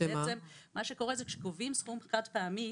כשקובעים סכום חד-פעמי,